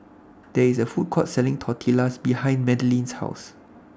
There IS A Food Court Selling Tortillas behind Madeline's House